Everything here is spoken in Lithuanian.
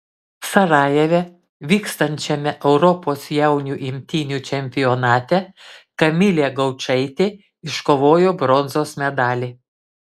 sarajeve vykstančiame europos jaunių imtynių čempionate kamilė gaučaitė iškovojo bronzos medalį